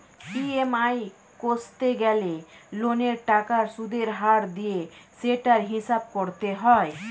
EMI কষতে গেলে লোনের টাকার সুদের হার দিয়ে সেটার হিসাব করতে হয়